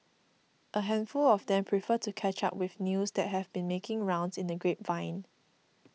a handful of them prefer to catch up with news that have been making rounds in the grapevine